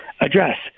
address